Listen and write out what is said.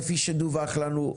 כפי שדווח לנו,